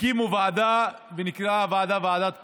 הקימו ועדה, היא נקראה ועדת קלעג'י,